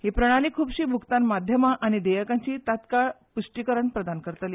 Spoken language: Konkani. ही प्रणाली खूबशी भुगतान माध्यमां आनी देयकांची तत्काल प्रश्टीकरण प्रदान करतली